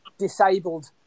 disabled